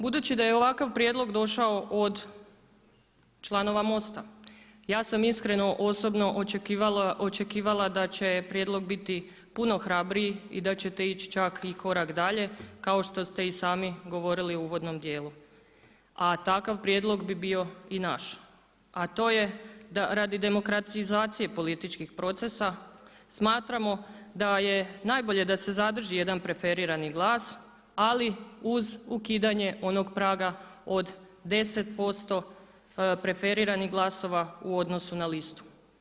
Budući da je ovakav prijedlog došao od članova MOST-a ja sam iskreno osobno očekivala da će prijedlog biti puno hrabriji i da ćete ići čak i korak dalje kao što ste i sami govorili u uvodnom dijelu a takav prijedlog bi bio i naš a to je da radi demokratizacije političkih procesa smatramo da je najbolje da se zadrži jedan preferirani glas ali uz ukidanje onog praga od 10% preferiranih glasova u odnosu na listu.